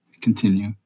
continue